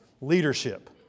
leadership